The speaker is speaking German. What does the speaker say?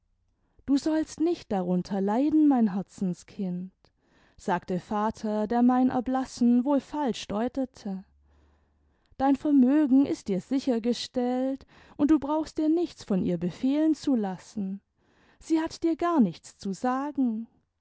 du sollst nicht darunter leiden mein herzenskind sagte vater der mein erblassen wohl falsch deutete dein vermögen ist dir sichergestellt und du brauchst dir nichts von ihr befehlen zu lassen sie hat dir gar nichts zu sagen